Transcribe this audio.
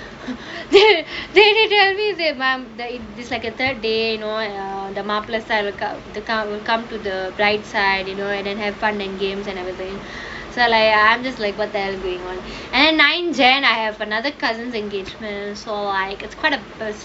they tell that it's like a third day you know the mappila side will come to the blind side you know have fun and games and everything so I am just like what the hell is going on then nine jan I have another cousins engagement so like it's quite a